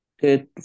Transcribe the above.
good